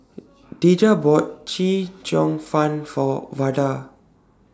Deja bought Chee Cheong Fun For Vada